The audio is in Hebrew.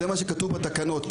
זה מה שכתוב בתקנות,